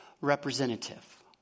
representative